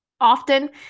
Often